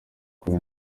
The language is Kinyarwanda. kuba